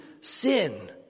sin